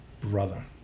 brother